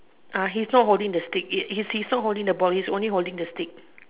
uh he's not holding the stick it he's he's not holding the ball he's only holding the stick